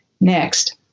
Next